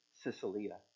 Sicilia